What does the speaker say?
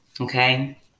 Okay